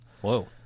whoa